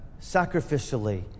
sacrificially